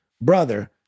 brother